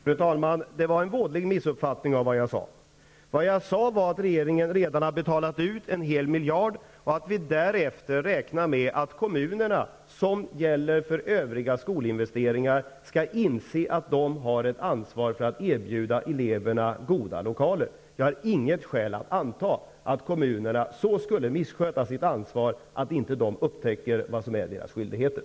Fru talman! Det var en vådlig missuppfattning av vad jag sade. Jag sade att regeringen redan har betalat ut en hel miljard och att vi därefter räknar med att kommunerna skall inse att de har ett ansvar för att erbjuda eleverna goda lokaler. Det ansvaret gäller ju för övriga skolinvesteringar. Jag har inte något skäl att anta att kommunerna skulle missköta sitt ansvar så att de inte upptäcker vad som är deras skyldigheter.